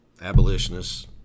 abolitionists